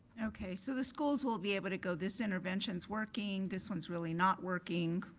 okay so the schools will be able to go, this intervention's working. this one's really not working.